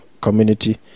Community